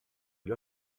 gli